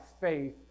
faith